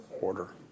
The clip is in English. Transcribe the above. order